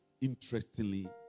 interestingly